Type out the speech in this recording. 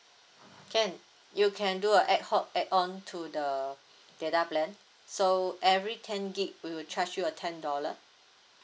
can you can do ad hoc add on to the data plan so every ten gigabyte we will charge you a ten dollar